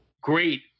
great